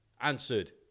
answered